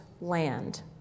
land